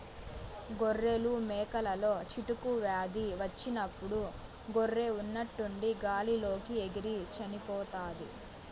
గొర్రెలు, మేకలలో చిటుకు వ్యాధి వచ్చినప్పుడు గొర్రె ఉన్నట్టుండి గాలి లోకి ఎగిరి చనిపోతాది